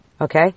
Okay